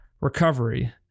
recovery